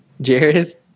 Jared